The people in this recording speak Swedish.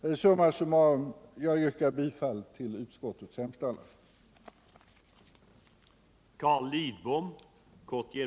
Summa summarum yrkar jag bifall till utskottets hemställan. : 61